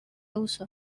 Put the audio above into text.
uso